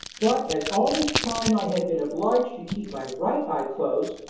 but as all this time i had been obliged to keep my right eye closed,